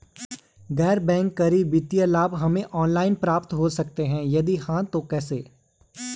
गैर बैंक करी वित्तीय लाभ हमें ऑनलाइन प्राप्त हो सकता है यदि हाँ तो कैसे?